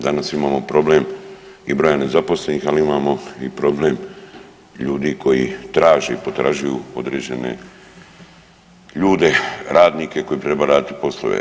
Danas imamo problem i broja zaposlenih ali imamo i problem ljudi koji traže i potražuju određene ljude, radnike koji bi trebali raditi poslove.